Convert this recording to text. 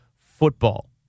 football